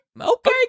okay